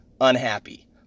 unhappy